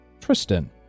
Tristan